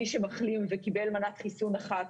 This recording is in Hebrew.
מי שמחלים וקיבל מנת חיסון אחת,